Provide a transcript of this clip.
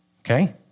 Okay